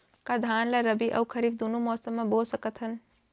का धान ला रबि अऊ खरीफ दूनो मौसम मा बो सकत हन?